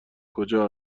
کجا